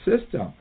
system